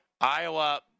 Iowa